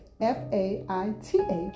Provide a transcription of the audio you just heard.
F-A-I-T-H